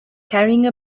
carrying